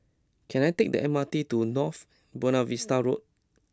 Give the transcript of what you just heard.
can I take the M R T to North Buona Vista Road